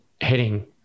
heading